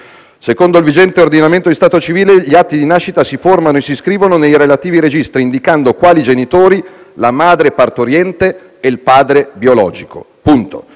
secondo il vigente ordinamento di stato civile, gli atti di nascita si formano e si iscrivono nei relativi registri, indicando quali genitori la madre partoriente e il padre biologico. Punto.